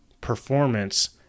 performance